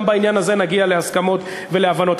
גם בעניין הזה נגיע להסכמות ולהבנות.